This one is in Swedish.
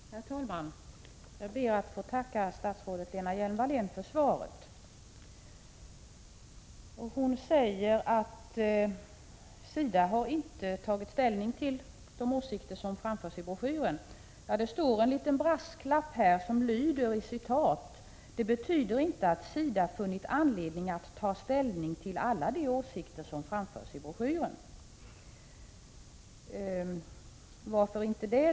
Herr talman! Jag ber att få tacka statsrådet Lena Hjelm-Wallén för svaret. Hon säger att SIDA inte har tagit ställning till de åsikter som framförs i broschyren. I interpellationssvaret finns en brasklapp om att detta inte betyder att SIDA funnit anledning att ta ställning till alla de åsikter som framförs i broschyren. Varför inte det?